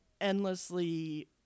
endlessly